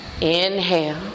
Inhale